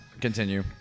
Continue